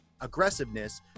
aggressiveness